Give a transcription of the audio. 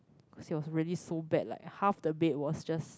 cause it was really so bad like half the bed was just